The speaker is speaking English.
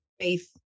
faith